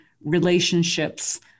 relationships